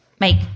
make